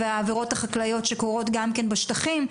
והעבירות החקלאיות שקורות גם כן בשטחים,